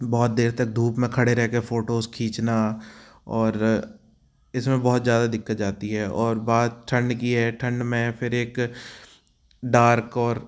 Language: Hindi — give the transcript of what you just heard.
बहुत देर तक धूप में खड़े रह कर फ़ोटोज़ खींचना और इस में बहुत ज़्यादा दिक्कत आती है और बात ठंड की है ठंड में फिर एक डार्क और